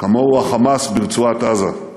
כמוהו ה"חמאס" ברצועת-עזה.